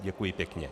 Děkuji pěkně.